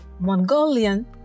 Mongolian